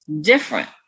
different